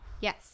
Yes